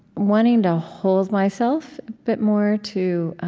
wanting to hold myself but more to